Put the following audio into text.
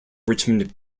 richmond